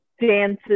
dances